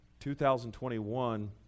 2021